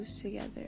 together